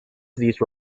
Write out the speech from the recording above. these